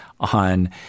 On